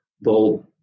Bold